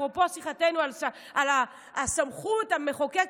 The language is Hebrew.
אפרופו שיחתנו על הסמכות המחוקקת,